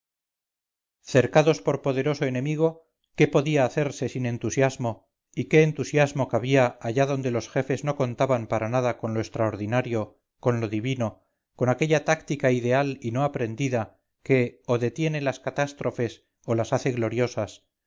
cercados por poderoso enemigo qué podía hacerse sin entusiasmo y qué entusiasmo cabía allí donde los jefes no contaban para nada con lo extraordinario con lo divino con aquella táctica ideal y no aprendida que o detiene las catástrofes o las hace gloriosas